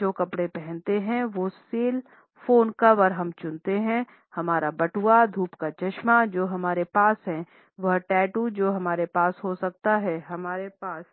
हम जो कपड़े पहनते हैं जो सेल फोन कवर हम चुनते हैं हमारा बटुआ धूप का चश्मा जो हमारे पास है वह टैटू जो हमारे पास हो सकता है हमारे पास